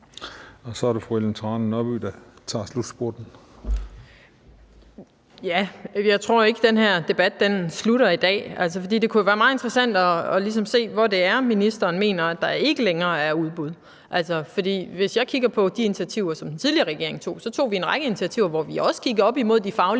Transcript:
Jeg tror ikke, den her debat slutter i dag, for det kunne jo være meget interessant at se, hvor det er, ministeren mener der ikke længere er udbud. Altså, hvis jeg kigger på de initiativer, som den tidligere regering tog, kan jeg se, at vi tog en række initiativer, hvor vi også kiggede mod de faglige